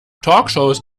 talkshows